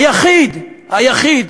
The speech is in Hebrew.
היחיד, היחיד